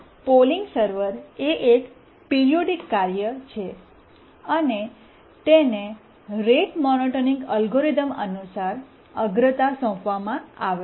polling server એ એક periodic કાર્ય છે અને તેને રેટ મોનોટોનિક એલ્ગોરિધમ અનુસાર અગ્રતા સોંપવામાં આવે છે